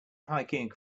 hiking